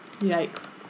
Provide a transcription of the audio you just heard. yikes